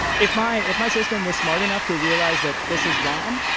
if my if my system was smart enough to realize that this was ram,